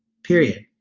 period.